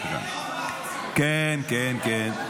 כן, כן.